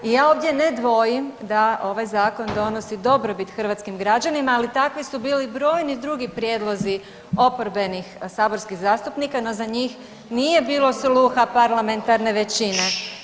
I ja ovdje ne dvojim da ovaj zakon donosi dobrobit hrvatskim građanima ali takvi su bili brojni drugi prijedlozi oporbenih saborskih zastupnika no za njih nije bilo sluha parlamentarne većine.